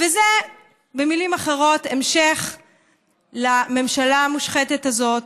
וזה במילים אחרות המשך לממשלה המושחתת הזאת,